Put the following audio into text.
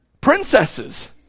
Princesses